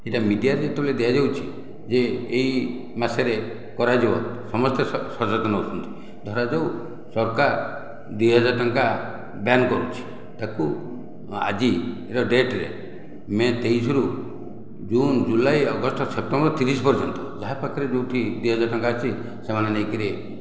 ଏଇଟା ମିଡ଼ିଆ ରେ ଯେତେବେଳେ ଦିଆ ଯାଉଛି ଯେ ଏଇ ମାସରେ କରାଯିବ ସମସ୍ତେ ସ ସଚେତନ ହଉଛନ୍ତି ଧରାଯାଉ ସରକାର ଦୁଇ ହଜାର ଟଙ୍କା ବ୍ୟାନ୍ କରିଛି ତାକୁ ଆଜିର ଡେଟ୍ ରେ ମେ' ତେଇଶ ରୁ ଜୁନ ଜୁଲାଇ ଅଗଷ୍ଟ ସେପ୍ଟେମ୍ବର ତିରିଶ ପର୍ଯ୍ୟନ୍ତ ଯାହାପାଖରେ ଯେଉଁଠି ଦୁଇ ହଜାର ଟଙ୍କା ଅଛି ସେମାନେ ନେଇକରି